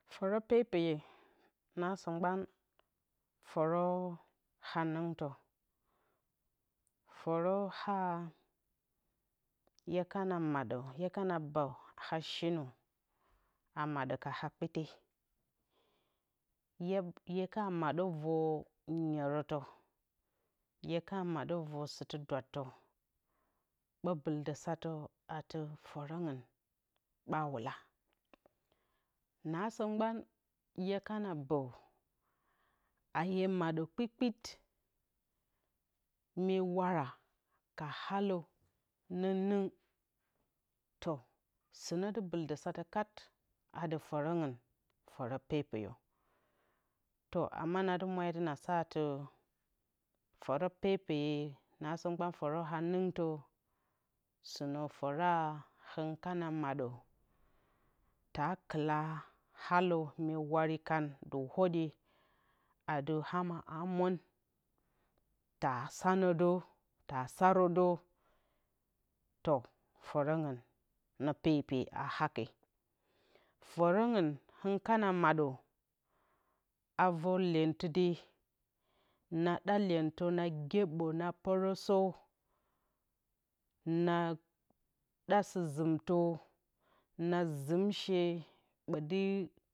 Fǝrǝ pepeye naso mgban fǝrǝ hanɨngtǝ, fǝrǝ haa yekana madǝ yakane bǝ a shinǝ a madǝ ka hakpite hye ka madǝ vǝr nyirǝtǝ hye ka maɗǝ vǝr sɨtɨ dwattǝ ɓǝ bɨl satǝ adɨ fǝrǝngɨn ɓa whula naasǝ mgban hye kana bǝ a hye maɗǝ kpitkpit mye wara ka alǝ nɨngnɨng sɨnǝ dɨ bɨldǝn ka satǝ atɨ fǝrǝngɨn ne pepe to ama na dɨ mwo na saatɨ fǝrǝ pepye naasǝ mgabn fǝrǝ hanin to sɨnú fura hɨn kana maɗǝtaa kala alǝ mye wari kandí whodƴe ati ama aa mwǝn taa sanǝ dǝ taa sarǝ dǝ to fǝrǝngɨn ne pepe a hake fǝrǝngɨn hɨn kana madǝa vǝr lyentɨ de na ɗa lyentɨ dena gyebǝ na pǝrǝsǝ na ɗa sɨzɨmtǝ na zɨm shee